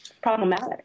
Problematic